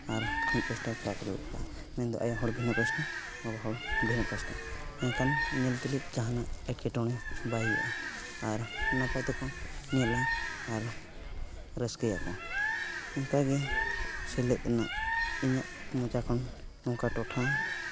ᱢᱤᱫ ᱯᱟᱥᱴᱟ ᱠᱚᱲᱟ ᱠᱚ ᱫᱩᱲᱩᱵ ᱠᱚᱜᱼᱟ ᱢᱮᱱ ᱫᱚ ᱟᱭᱳ ᱦᱚᱲ ᱵᱷᱤᱱᱟᱹ ᱯᱟᱥᱴᱟ ᱵᱟᱵᱟ ᱦᱚᱲ ᱵᱷᱤᱱᱟᱹ ᱯᱟᱥᱴᱟ ᱮᱱᱠᱷᱟᱱ ᱧᱮᱞ ᱛᱩᱞᱩᱡ ᱡᱟᱦᱟᱱᱟᱜ ᱮᱴᱠᱮᱴᱚᱬᱮ ᱵᱟᱭ ᱦᱩᱭᱩᱜᱼᱟ ᱟᱨ ᱱᱟᱯᱟᱭ ᱛᱮᱠᱚ ᱧᱮᱞᱟ ᱟᱨ ᱨᱟᱹᱥᱠᱟᱹᱭᱟᱠᱚ ᱚᱱᱠᱟᱜᱮ ᱥᱮᱞᱮᱫ ᱨᱮᱱᱟᱜ ᱤᱧᱟᱹᱜ ᱢᱚᱪᱟ ᱠᱷᱚᱱ ᱱᱚᱝᱠᱟ ᱴᱚᱴᱷᱟ